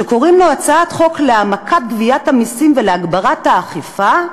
שקוראים לו הצעת חוק להעמקת גביית המסים ולהגברת האכיפה,